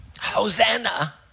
Hosanna